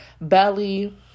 Belly